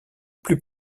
plus